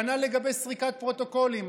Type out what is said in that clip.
כנ"ל לגבי סריקת פרוטוקולים.